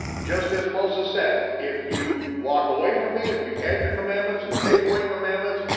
just as moses said, if you walk away from me, if you add your commandments and take away commandments,